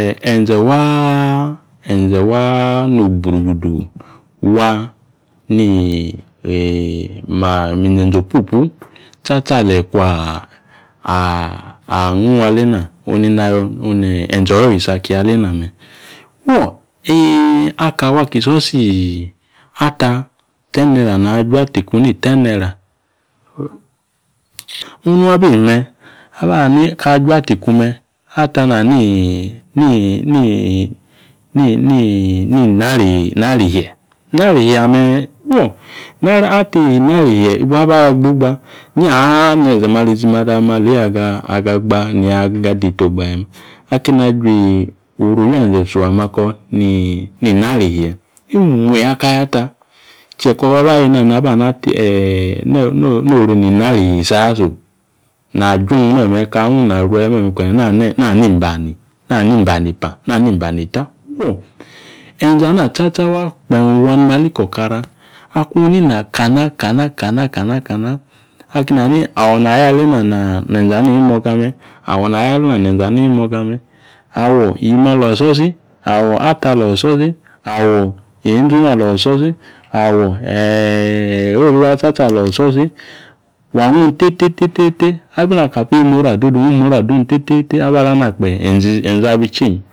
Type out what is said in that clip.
enze̱ waa enze̱ waa no. Gbruguduu waa ni mize̱nze̱ opupu tsatsa aleeyi kwa aghung alena onena ayo oni enze oyoyo isi aki alena me̱ fuo, aka awo aki siosi ata ten naira na jwa ata iku ni ten naira. onung abi me̱ aba hani ka jwa ata ikume ata nani inari ishie. Inara ishie̱ ame̱ fuo ata inari ishie ibuaba gbogba inyaha nenze mali zimada maleeyi aga aga gba ni maleeyi aga ayeta ogba ya me̱. Akeni ajut oru owianze suu ame ako ni nari ishie, imuyi aka yata. Che ko̱ bwa ba ya eena naba nani noru inari ishie isi aso. Na jung me ka ghung ina rwe meme kpe nani ibani, nani ibani epa, nani ibani eta fuo, enze na tsatsa waa kpeem wa mali ko̱ o̱kara inkung inina kana kana kana kana kana akeni hani awo̱ nayo alena ne̱nze ana imoga me̱, awo yiimi alo̱ isiosi awo ata alo̱ isiosi awo inzinu alo̱ isiosi awo oriori waa tsatsa alo̱ isiosi wa ghung tete tete tete even akabi imuri adodung wi imuri adung tete tete. Aba lana kpe̱ enze enze abi change